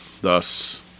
thus